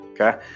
okay